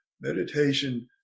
meditation